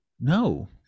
no